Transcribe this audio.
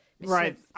right